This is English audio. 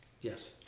yes